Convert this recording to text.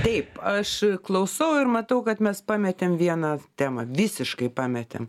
taip aš klausau ir matau kad mes pametėm vieną temą visiškai pametėm